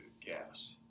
gas